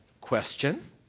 question